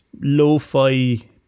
lo-fi